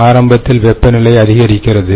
ஆரம்பத்தில் வெப்பநிலை அதிகரிக்கிறது